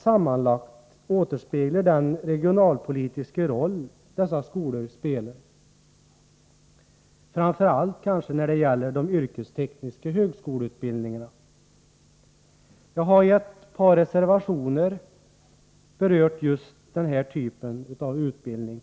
Sammanlagt återspeglar motionerna den regionalpolitiska roll dessa skolor spelar, framför allt när det gäller de yrkestekniska högskoleutbildningarna. Jag har i ett par reservationer berört just denna typ av utbildning.